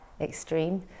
Extreme